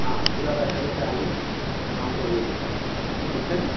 हाँ पूरा पैसा लेकर आइए शाम तक ले जाइएगा ठीक है ना